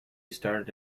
started